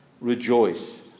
Rejoice